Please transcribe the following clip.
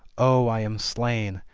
oh, i am slain!